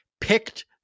picked